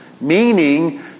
meaning